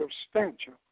substantial